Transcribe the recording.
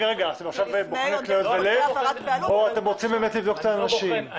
אתם עכשיו בוחני כליות ולב או אתם רוצים באתם לבדוק את האנשים?